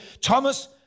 Thomas